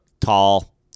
tall